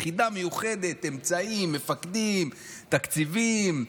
יחידה מיוחדת, אמצעים, מפקדים, תקציבים,